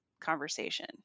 conversation